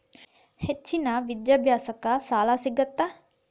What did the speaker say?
ಹೆಚ್ಚಿನ ವಿದ್ಯಾಭ್ಯಾಸಕ್ಕ ಸಾಲಾ ಸಿಗ್ತದಾ?